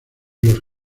los